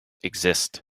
exist